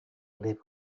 live